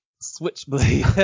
switchblade